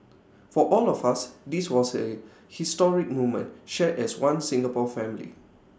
for all of us this was A historic moment shared as One Singapore family